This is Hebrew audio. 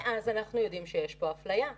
מאז אנחנו יודעים שיש פה אפליה.